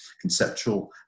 conceptual